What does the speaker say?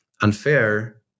unfair